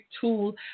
tool